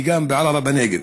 וגם בערערה בנגב.